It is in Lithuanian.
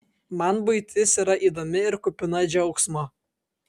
man buitis yra įdomi ir kupina džiaugsmo